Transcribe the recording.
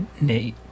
Nate